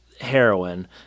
heroin